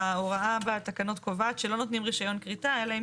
ההוראה בתקנות קובעת שלא נותנים רישיון כריתה אלא אם